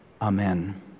Amen